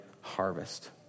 harvest